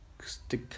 stick